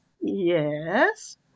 Yes